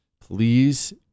please